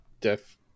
death